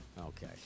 Okay